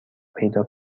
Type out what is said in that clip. پیدا